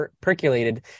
percolated